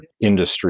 industry